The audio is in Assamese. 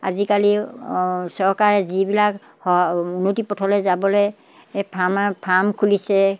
আজিকালি অঁ চৰকাৰে যিবিলাক সহ উন্নতি পথলৈ যাবলৈ ফাৰ্মাৰ ফাৰ্ম খুলিছে